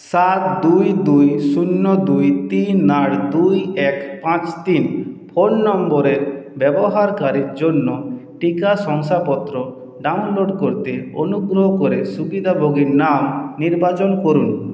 সাত দুই দুই শূন্য দুই তিন আট দুই এক পাঁচ তিন ফোন নম্বরের ব্যবহারকারীর জন্য টিকা শংসাপত্র ডাউনলোড করতে অনুগ্রহ করে সুবিধাভোগীর নাম নির্বাচন করুন